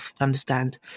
understand